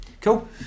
cool